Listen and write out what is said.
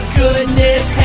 goodness